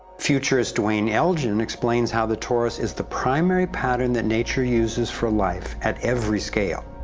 futurist duane elgin explains how the torus is the primary pattern that nature uses for life at every scale.